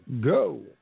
Go